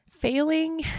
Failing